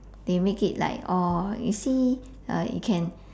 they make it like oh you see uh you can